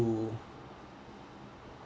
to